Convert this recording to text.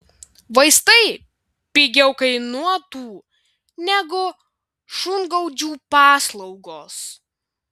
vaistai pigiau kainuotų negu šungaudžių paslaugos